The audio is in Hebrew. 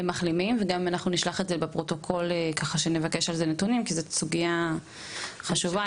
אנחנו גם נשלח את זה בפרוטוקול ונבקש נתונים כי זו סוגייה חשובה.